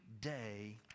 day